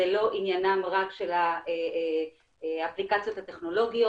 זה לא עניינן רק של האפליקציות הטכנולוגיות,